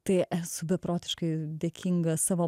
tai esu beprotiškai dėkinga savo